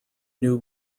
new